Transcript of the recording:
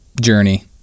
journey